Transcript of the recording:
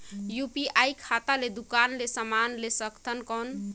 UPI खाता ले दुकान ले समान ले सकथन कौन?